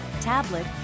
tablet